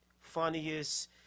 funniest